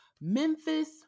memphis